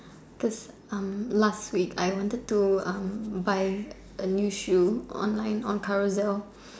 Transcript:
just um last week I wanted to erm buy a new shoe online on Carousell